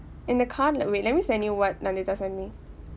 in the card leh wait let me send you what nandita sent me